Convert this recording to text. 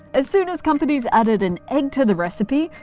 as soon as companies added an egg to the recipe,